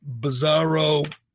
bizarro